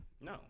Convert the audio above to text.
No